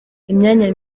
imyanya